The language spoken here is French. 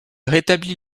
rétablit